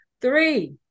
three